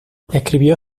escribió